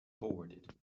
toward